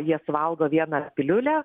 jie suvalgo vieną piliulę